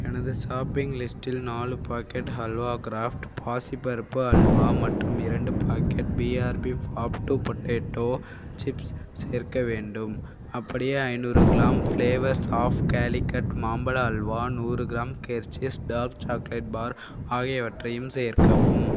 எனது ஷாப்பிங் லிஸ்ட்டில் நாலு பாக்கெட் ஹல்வா கிராஃப்ட் பாசிப்பருப்பு அல்வா மற்றும் இரண்டு பாக்கெட் பிஆர்பி ஃபாஃப்டு பொட்டேட்டோ சிப்ஸ் சேர்க்க வேண்டும் அப்படியே ஐநூறு கிளாம் ஃப்ளேவர்ஸ் ஆஃப் கேலிக்கட் மாம்பழ அல்வா நூறு கிராம் கெர்ச்சீஸ் டார்க் சாக்லேட் பார் ஆகியவற்றையும் சேர்க்கவும்